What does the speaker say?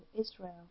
Israel